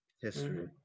history